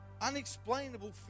Unexplainable